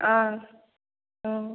ஆ ம்